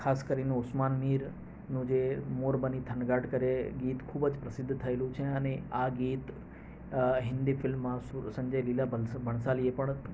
ખાસ કરીને ઓસમાન મીરનું જે મોર બની થનગાટ કરે ગીત ખૂબ જ પ્રસિદ્ધ થએલું છે અને આ ગીત હિન્દી ફિલ્મમાં સુ સંજય લીલા ભ ભણસાલી એ પણ